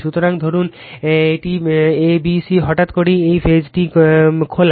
সুতরাং ধরুন এটি a b c হঠাৎ করেই এই ফেজটি খোলা